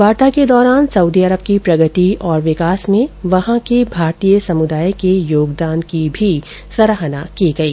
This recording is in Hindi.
वार्ता के दौरान सऊदी अरब की प्रगति और विकास में वहां के भारतीय समुदाय के योगदान की सराहना भी की गई